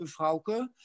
Frauke